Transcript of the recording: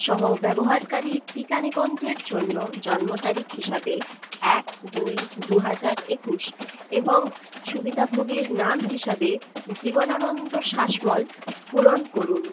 সহ ব্যবহারকারীর টিকা নিবন্ধের জন্য জন্ম তারিখ হিসাবে এক দুই দু হাজার একুশ এবং সুবিধাভোগীর নাম হিসাবে জীবনানন্দ শাসমল পূরণ করুন